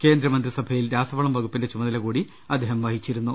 കേന്ദ്രമന്ത്രിസഭയിൽ രാസവളം വകുപ്പിന്റെ ചുമത ല കൂടി അദ്ദേഹം വഹിച്ചിരുന്നു